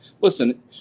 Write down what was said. Listen